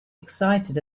excited